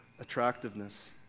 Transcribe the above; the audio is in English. attractiveness